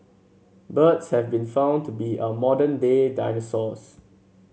birds have been found to be our modern day dinosaurs